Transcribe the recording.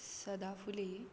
सदाफुली